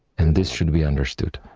and this should be understood.